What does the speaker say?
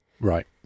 Right